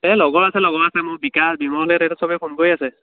এই লগৰ আছে লগৰ আছে মোৰ বিকাশ বিমলহঁত ইহঁত সবে ফোন কৰি আছে